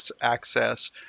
access